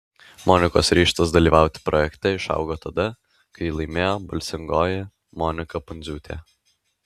monikos ryžtas dalyvauti projekte išaugo tada kai jį laimėjo balsingoji monika pundziūtė